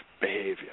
behavior